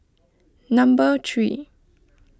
number three